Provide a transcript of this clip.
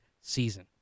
season